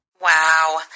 Wow